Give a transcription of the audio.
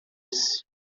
esse